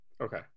Okay